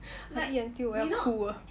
I eat until 我要哭啊